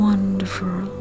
Wonderful